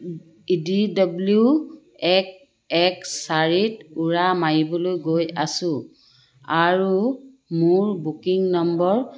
ই D W এক এক চাৰিত উৰা মাৰিবলৈ গৈ আছোঁ আৰু মোৰ বুকিং নম্বৰ